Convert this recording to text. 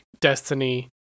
Destiny